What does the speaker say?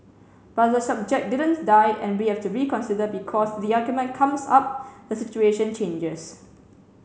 but the subject didn't die and we have to reconsider because the argument comes up the situation changes